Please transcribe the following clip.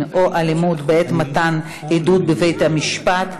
או אלימות בעת מתן עדות בבתי-המשפט),